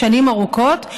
שנים ארוכות.